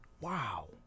Wow